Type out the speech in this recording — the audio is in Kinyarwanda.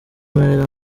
mpera